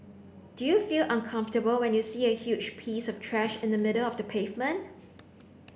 do you feel uncomfortable when you see a huge piece of trash in the middle of the pavement